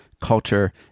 culture